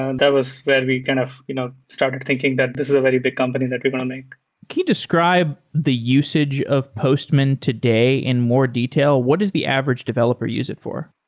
and that was where we kind of you know starting thinking that this is a very big company that we want to make. can you describe the usage of postman today in more detail? what is the average developer use it for?